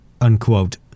unquote